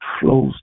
flows